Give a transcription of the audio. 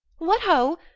what ho!